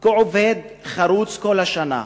כי הוא עובד חרוץ כל השנה.